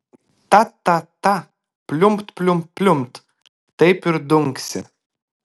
ta ta ta pliumpt pliumpt pliumpt taip ir dunksi